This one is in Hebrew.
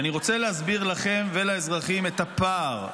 אני רוצה להסביר לכם ולאזרחים את הפער,